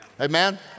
Amen